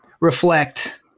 reflect